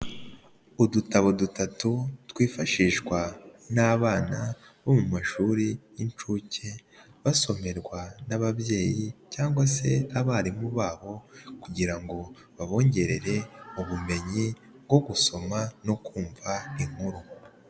Udutabo dutatu twifashishwa n'abana bo mu mashuri y'inshuke basomerwa n'ababyeyi cyangwa se abarimu babo kugira ngo babongerere ubumenyi bwo gusoma no kumva inkuru.